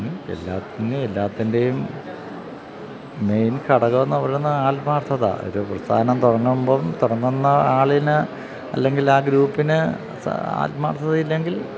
എല്ലാത്തിനും എല്ലാത്തിൻ്റെയും മെയിൻ ഘടകമെന്ന് പറയുന്നത് ആത്മാർത്ഥത ഒരു പ്രസ്ഥാനം തുടങ്ങുമ്പോഴും തുടങ്ങുന്നയാളിന് അല്ലെങ്കിൽ ആ ഗ്രൂപ്പിന് ആത്മാർത്ഥതയില്ലെങ്കിൽ